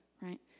right